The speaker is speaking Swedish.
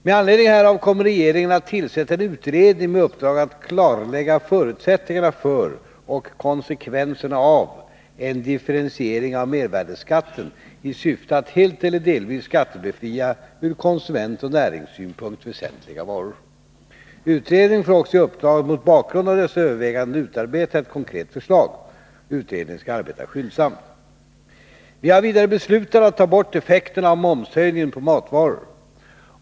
Med anledning härav kommer regeringen att tillsätta en utredning med uppdrag att klarlägga förutsättningarna för och konsekvenserna av en differentiering av mervärdeskatten i syfte att helt eller delvis skattebefria ur konsumentoch näringssynpunkt väsentliga varor. Utredningen får också i Nr 52 uppdrag att mot bakgrund av dessa överväganden utarbeta ett konkret förslag. Utredningen skall arbeta skyndsamt. I Vi har vidare beslutat att ta bort effekterna av momshöjningen på matvaror.